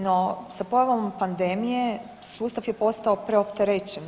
No, sa pojavom pandemije sustav je postao preopterećen.